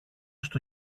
στο